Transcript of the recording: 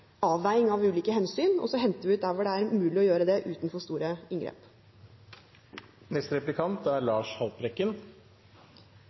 avveiing av ulike hensyn, og så henter vi ut der det er mulig å gjøre det uten for store